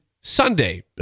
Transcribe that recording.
Sunday